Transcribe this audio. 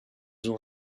ont